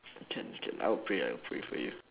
can can I'll pray I'll pray for you